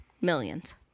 Millions